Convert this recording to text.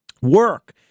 work